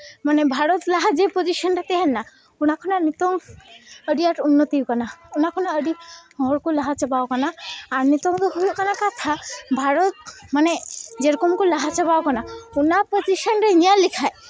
ᱢᱟᱱᱮ ᱵᱷᱟᱨᱚᱛ ᱞᱟᱦᱟ ᱡᱮ ᱯᱚᱡᱤᱥᱮᱱ ᱨᱮ ᱛᱟᱦᱮᱱᱟ ᱚᱱᱟ ᱠᱷᱚᱱᱟᱜ ᱱᱤᱛᱚᱝ ᱟᱹᱰᱤ ᱟᱸᱴ ᱩᱱᱱᱚᱛᱤ ᱠᱟᱱᱟ ᱚᱱᱟ ᱠᱷᱚᱱᱟᱜ ᱟᱹᱰᱤ ᱦᱚᱲ ᱠᱚ ᱞᱟᱦᱟ ᱪᱟᱵᱟᱣ ᱠᱟᱱᱟ ᱟᱨ ᱱᱤᱛᱚᱝ ᱫᱚ ᱦᱩᱭᱩᱜ ᱠᱟᱱᱟ ᱠᱟᱛᱷᱟ ᱵᱷᱟᱨᱚᱛ ᱢᱟᱱᱮ ᱡᱮ ᱨᱚᱠᱚᱢ ᱠᱚ ᱞᱟᱦᱟ ᱪᱟᱵᱟᱣ ᱠᱟᱱᱟ ᱚᱱᱟ ᱯᱚᱡᱤᱥᱮᱱ ᱨᱮ ᱧᱮᱞ ᱞᱮᱠᱷᱟᱡ